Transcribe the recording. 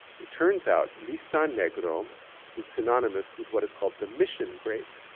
it turns out listan negro is synonymous with what is called the mission grape.